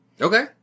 Okay